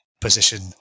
position